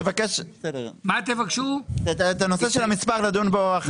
אנחנו נבקש, את הנושא של המספר, לדון בו אחר כך.